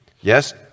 Yes